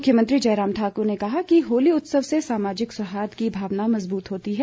मुख्यमंत्री जयराम ठाकुर ने कहा कि होली उत्सव से सामाजिक सौहार्द की भावना मजबूत होती है